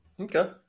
Okay